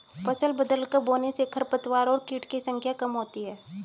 फसल बदलकर बोने से खरपतवार और कीट की संख्या कम होती है